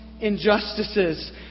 injustices